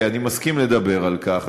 אני מסכים לדבר על כך,